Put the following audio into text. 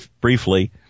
briefly